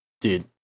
Dude